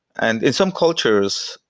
and in some cultures,